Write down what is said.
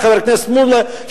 חבר הכנסת מולה,